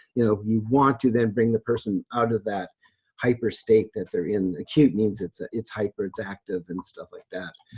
you know you want to then bring the person out of that hyper state that they're in. acute means it's ah it's hyper, it's active and stuff like that.